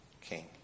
king